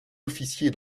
officier